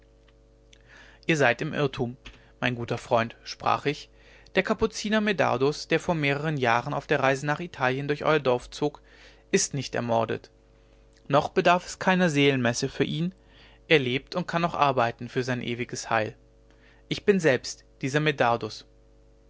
ihr seid im irrtum mein guter freund sprach ich der kapuziner medardus der vor mehrern jahren auf der reise nach italien durch euer dorf zog ist nicht ermordet noch bedarf es keiner seelenmesse für ihn er lebt und kann noch arbeiten für sein ewiges heil ich bin selbst dieser